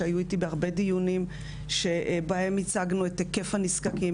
שהיו איתי בהרבה דיונים שבהם הצגנו את היקף הנזקקים,